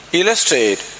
illustrate